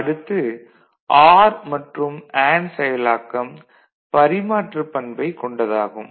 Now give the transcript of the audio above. அடுத்து ஆர் மற்றும் அண்டு செயலாக்கம் பரிமாற்றுப் பண்பைக் கொண்டதாகும்